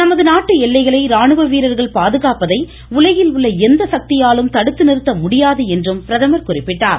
நமது நாட்டு எல்லைகளை இராணுவ வீரர்கள் பாதுகாப்பதை உலகில் உள்ள எந்த சக்தியாலும் தடுத்து நிறுத்த முடியாது என்றும் பிரதமர் குறிப்பிட்டார்